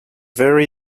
very